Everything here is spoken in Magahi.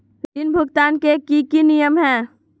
ऋण भुगतान के की की नियम है?